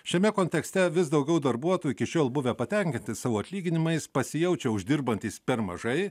šiame kontekste vis daugiau darbuotojų iki šiol buvę patenkinti savo atlyginimais pasijaučia uždirbantys per mažai